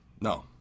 No